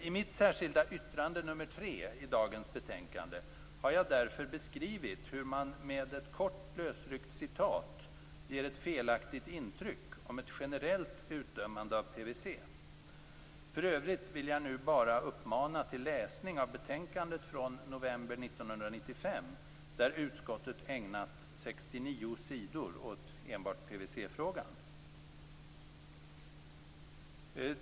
I mitt särskilda yttrande nr 3 i dagens betänkande har jag därför beskrivit hur man med ett kort lösryckt citat ger ett felaktigt intryck om ett generellt utdömande av PVC. För övrigt vill jag nu bara uppmana till läsning av betänkandet från november 1995, där utskottet ägnat 69 sidor åt enbart PVC-frågan.